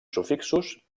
sufixos